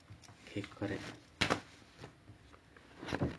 correct